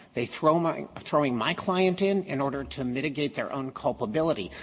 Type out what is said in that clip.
they thrown my throwing my client in in order to mitigate their own culpability.